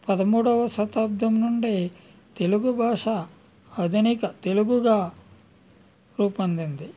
పదమూడువ శతాబ్దం నుండి తెలుగు భాష ఆధునిక తెలుగుగా రూపొందింది